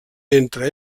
entre